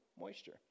moisture